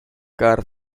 carr